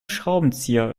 schraubenzieher